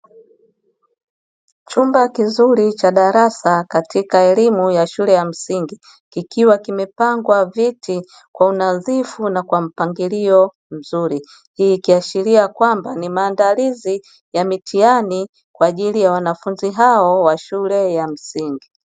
Chumba kizuri cha darasa katika elimu ya shule ya msingi kikiwa kimepangwa viti kwa unadhifu na kwa mpangilio mzuri, hii ikiashiria kwamba ni maandalizi ya mitihani kwa ajili ya wanafunzi hao wa shule ya msingi.